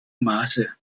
maße